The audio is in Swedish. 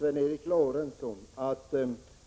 Fru talman!